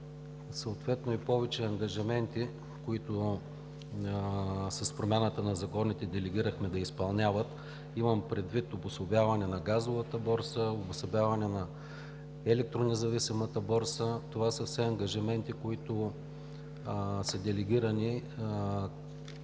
съответно и повече ангажименти, които с промяната на законите делегирахме да изпълняват. Имам предвид обособяване на Газовата борса, обособяване на Електронезависимата борса – това са все ангажименти, които са делегирани